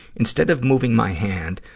instead of moving my hand,